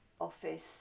office